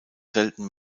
selten